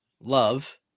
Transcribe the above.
love